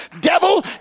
Devil